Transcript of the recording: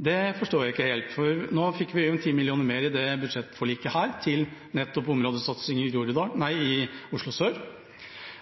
Det forstår jeg ikke helt, for vi fikk i dette budsjettforliket 10 mill. kr mer til nettopp områdesatsing i Oslo sør.